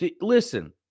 listen